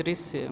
दृश्य